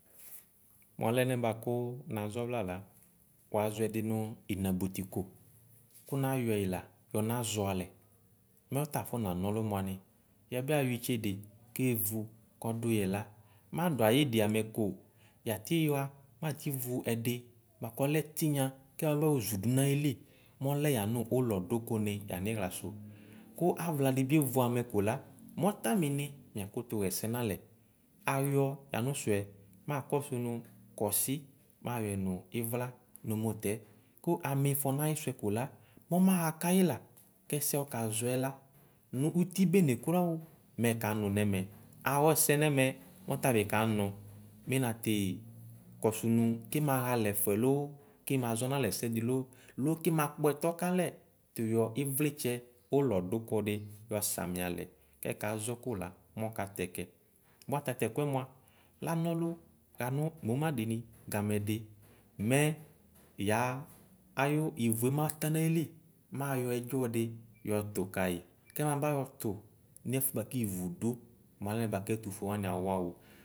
Mu ale ne naʒɔ vla la wuaʒɔ ɛdinu ninabu ko. Ku nayɔ yila naʒɔ alɛ yɛbi ayɔ itsede kevu kɔduye la madu ayidi ameko yati wua mati vu ɛdɩ kɔlɛ tiŋɔ kemabo ʒudu nɔ ayili mɔlɛ yɔnu ulɔ du ku. Ku avla dibi evu ame kola mɔta mini miakutu yese nale. Ayɔ makɔsu nu kɔsi nu ivla nu mutɛ ku amifɔ nu ayi mutɛ mɔma ha kayi la ku ɛsɛ ɔkaʒɔ la nu uti bene kroa mɔma nu nati le ki maha ale fʋɛo alo qui ma kpɔ etɔ kale yoyadu ivitse ulɔduku di yɔ sami ale bua tatu ɛku mua iti la du ayɛtu ayu ivu mata nu ayili kemaba yɔ ɛdʒɔ di yɔ tu kayi nefu bua ku ivu du malene bua ku ɛtufuwa awawu.